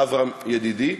אברהם ידידי,